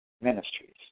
ministries